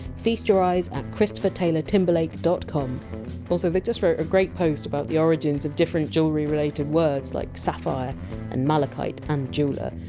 feast your eyes at christophertaylortimberlake dot com also they just wrote a great post about the origins of different jewellery-related words, like sapphire and malachite and jeweler,